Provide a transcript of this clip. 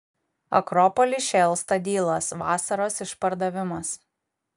akropoly šėlsta dylas vasaros išpardavimas